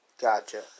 Gotcha